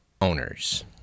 owners